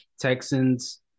Texans